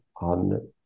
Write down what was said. on